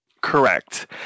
Correct